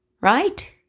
right